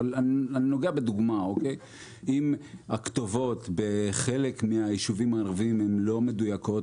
אבל אני נוגע בדוגמה: אם הכתובות בחלק מהיישובים הערביים לא מדויקות,